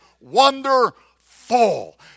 wonderful